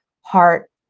heart